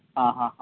ആ ആ ഹ